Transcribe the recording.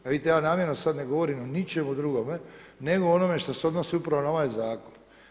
A vidite ja namjerno sad ne govorim o ničemu drugome nego o onome što se odnosi upravo na ovaj zakon.